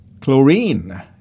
chlorine